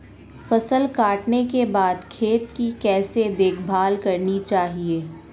फसल काटने के बाद खेत की कैसे देखभाल करनी चाहिए?